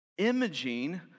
imaging